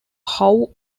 how